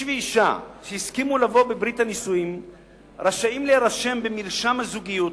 איש ואשה שהסכימו לבוא בברית הנישואים רשאים להירשם במרשם הזוגיות